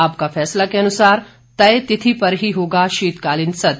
आपका फैसला के अनुसार तय तिथि पर ही होगा शीतकालीन सत्र